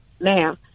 now